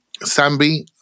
Sambi